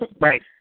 Right